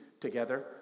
together